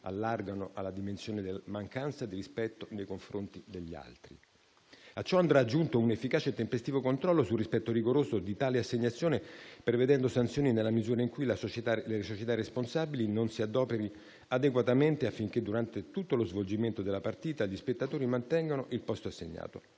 allargano alla dimensione della mancanza di rispetto nei confronti degli altri. A ciò andrà aggiunto un efficace e tempestivo controllo sul rispetto rigoroso di tale assegnazione, prevedendo sanzioni nella misura in cui la società responsabile non si adoperi adeguatamente affinché, durante tutto lo svolgimento della partita, gli spettatori mantengono il posto assegnato.